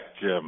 Jim